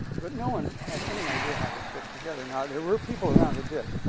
but no one had any idea how they fit together. now, there were people around that did.